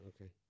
Okay